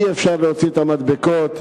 אי-אפשר להוציא את המדבקות,